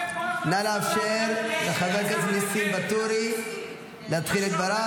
נא לאפשר לחבר הכנסת נסים ואטורי להתחיל את דבריו,